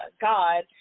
God